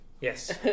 yes